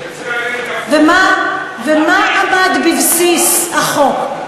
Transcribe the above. ומה עמד בבסיס החוק?